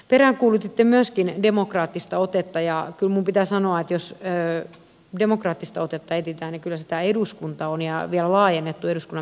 peräänkuulutitte myöskin demokraattista otetta ja kyllä minun pitää sanoa että jos demokraattista otetta etsitään niin kyllä se tämä eduskunta on ja vielä laajennettu eduskunnan menettely